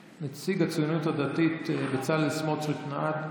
הוא מנשים אותך מפה לפה.